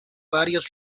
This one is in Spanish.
varios